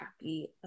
happy